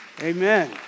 amen